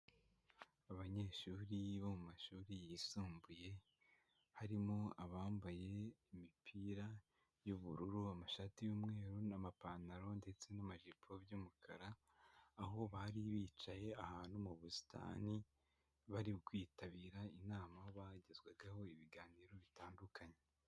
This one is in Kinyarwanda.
Abanyeshuri bo mu mashuri yisumbuye, harimo abambaye imipira y'ubururu amashati y'umweru n'amapantaro ndetse n'amajipo by'umukara, aho bari bicaye ahantu mu busitani bari kwitabira inama, aho bagezwagaho ibiganiro bitandukanye.